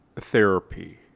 therapy